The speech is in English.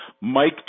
Mike